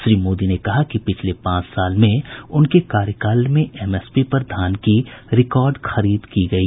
श्री मोदी ने कहा कि पिछले पांच साल में उनके कार्यकाल में एमएसपी पर धान की रिकार्ड खरीद की गयी